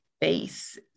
base